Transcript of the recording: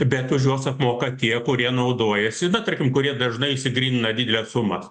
bet už juos apmoka tie kurie naudojasi na tarkim kurie dažnai išsigrynina dideles sumas